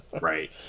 Right